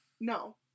No